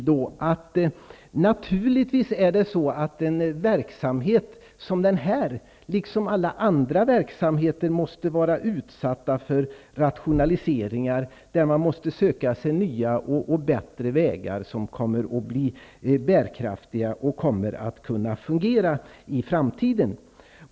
Denna verksamhet måste, liksom alla andra verksamheter, vara utsatt för rationaliseringar, där man måste söka sig nya och bättre vägar som kan bli bärkraftiga och kunna fungera i framtiden.